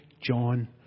John